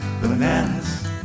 bananas